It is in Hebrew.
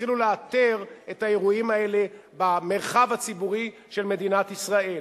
התחילו לאתר את האירועים האלה במרחב הציבורי של מדינת ישראל.